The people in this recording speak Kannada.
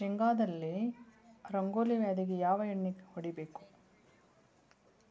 ಶೇಂಗಾದಲ್ಲಿ ರಂಗೋಲಿ ವ್ಯಾಧಿಗೆ ಯಾವ ಎಣ್ಣಿ ಹೊಡಿಬೇಕು?